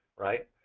right?